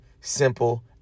simple